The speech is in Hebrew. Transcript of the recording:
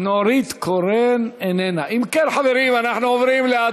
נורית קורן, אינה נוכחת.